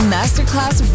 Masterclass